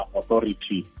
authority